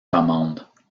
commandes